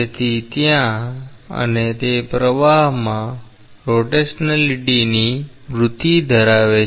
તેથી ત્યાં અને તે પ્રવાહમાં પરિભ્રમણની વૃત્તિ ધરાવે છે